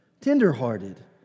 tenderhearted